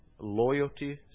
loyalty